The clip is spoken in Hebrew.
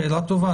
שאלה טובה.